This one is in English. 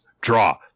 draw